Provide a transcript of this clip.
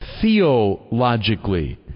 theologically